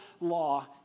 law